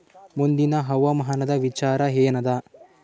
ಮುಂದಿನ ಹವಾಮಾನದ ವಿಚಾರ ಏನದ?